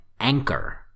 Anchor